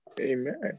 Amen